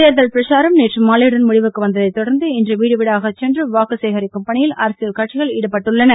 தேர்தல் பிரச்சாரம் நேற்று மாலையுடன் முடிவுக்கு வந்ததை தொடர்ந்து இன்று வீடுவீடாக சென்று வாக்கு சேகரிக்கும் பணியில் அரசியல் கட்சிகள் ஈடுபட்டுள்ளன